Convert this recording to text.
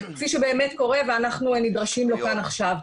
כפי שבאמת קורה ואנחנו נדרשים לו כאן עכשיו.